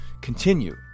continue